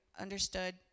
understood